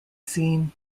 seen